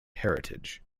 heritage